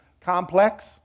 complex